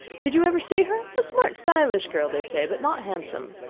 did you ever see her? a smart, stylish girl they say, but not handsome.